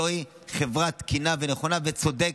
זוהי חברה תקינה ונכונה וצודקת.